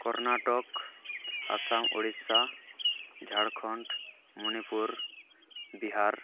Karnataka Assam Odisha Jharkhand Manipur Bihar